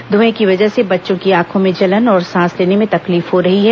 धूंए की वजह से बच्चों की आंखों में जलन और सांस लेने में तकलीफ हो रही है